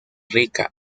rica